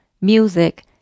music